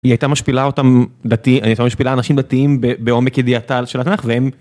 היא הייתה משפילה אותם דתי, היא הייתה משפילה אנשים דתיים בעומק ידיעתה של התנ"ך והם